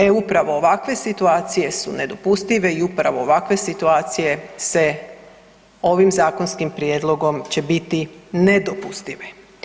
E upravo ovakve situacije su nedopustive i upravo ovakve situacije se ovim zakonskim prijedlogom će biti nedopustive.